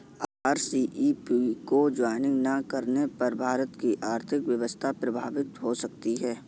RCEP को join ना करने पर भारत की आर्थिक व्यवस्था प्रभावित हो सकती है